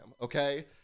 okay